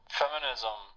feminism